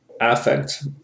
affect